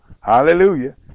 Hallelujah